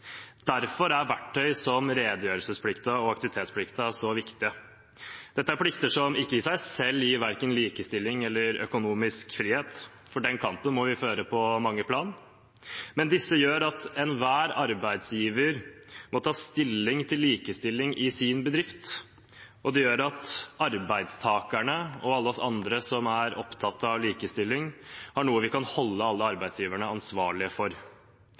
Derfor er verktøy som redegjørelsesplikten og aktivitetsplikten så viktige. Dette er plikter som i seg selv gir verken likestilling eller økonomisk frihet, for den kampen må vi føre på mange plan, men de gjør at enhver arbeidsgiver må ta stilling til likestilling i sin bedrift, og det gjør at arbeidstakerne og alle vi andre som er opptatt av likestilling, har noe vi kan holde alle arbeidsgivere ansvarlig for.